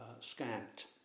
scant